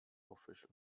official